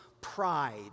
pride